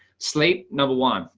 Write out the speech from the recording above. sleep. number one.